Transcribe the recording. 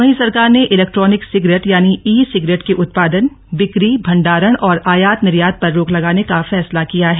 वहीं सरकार ने इलेक्ट्रानिक सिगरेट यानी ई सिगरेट के उत्पादन बिक्री भंडारण और आयात निर्यात पर रोक लगाने का फैसला किया है